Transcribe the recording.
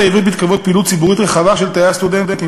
העברית מתקיימת פעילות ציבורית רחבה של תאי הסטודנטים.